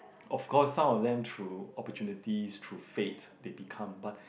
of course some of them through opportunities through fate they become but